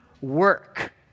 work